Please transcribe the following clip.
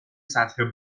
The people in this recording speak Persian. سطح